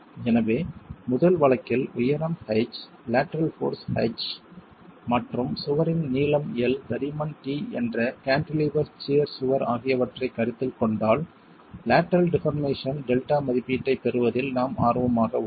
எனவே முதல் வழக்கில் உயரம் h லேட்டரல் போர்ஸ் H மற்றும் சுவரின் நீளம் L தடிமன் t என்ற கான்டிலீவர் சியர் சுவர் ஆகியவற்றைக் கருத்தில் கொண்டால் லேட்டரல் டிபார்மேசன் டெல்டா மதிப்பீட்டைப் பெறுவதில் நாம் ஆர்வமாக உள்ளோம்